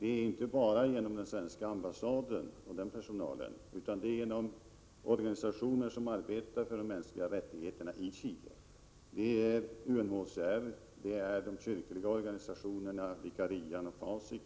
Det är inte bara genom den svenska ambassaden och dess personal som vi får dessa informationer, utan vi får dem även genom organisationer som arbetar för de mänskliga rättigheterna i Chile. Det är UNHCR, det är de kyrkliga organisationerna Vicarian och Fasic.